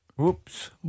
Oops